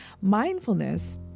Mindfulness